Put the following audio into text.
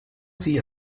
sie